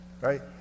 right